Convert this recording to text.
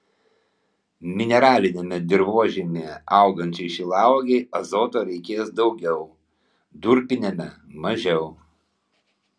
mineraliniame dirvožemyje augančiai šilauogei azoto reikės daugiau durpiniame mažiau